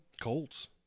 Colts